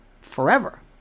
forever